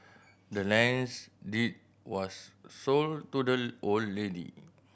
the land's deed was sold to the old lady